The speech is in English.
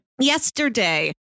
Yesterday